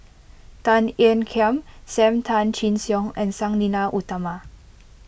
Tan Ean Kiam Sam Tan Chin Siong and Sang Nila Utama